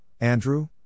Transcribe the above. Andrew